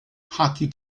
hockey